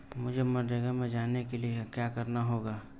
मुझे मनरेगा में जाने के लिए क्या करना होगा?